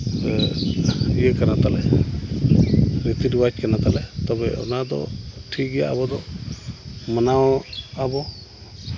ᱤᱭᱟᱹ ᱠᱟᱱᱟ ᱛᱟᱞᱮ ᱨᱤᱛᱤ ᱨᱮᱣᱟᱡᱽ ᱠᱟᱱᱟ ᱛᱟᱞᱮ ᱛᱚᱵᱮ ᱚᱱᱟ ᱫᱚ ᱴᱷᱤᱠ ᱜᱮᱭᱟ ᱟᱵᱚ ᱫᱚ ᱢᱟᱱᱟᱣ ᱟᱵᱚ